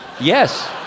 Yes